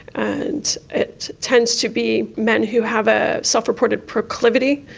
and it tends to be men who have a self-reported proclivity,